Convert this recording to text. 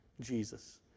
Jesus